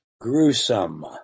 Gruesome